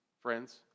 Friends